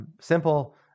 simple